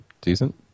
decent